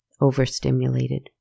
overstimulated